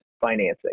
financing